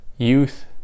youth